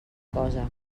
cosa